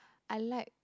I like